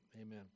Amen